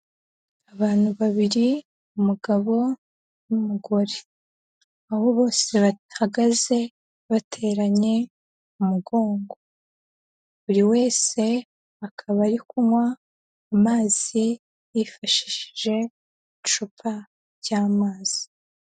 Abantu babiri, umugabo n'umugore. Aho bose bahagaze bateranye umugongo. Buri wese akaba ari kunywa amazi, yifashishije icupa ry'amazi.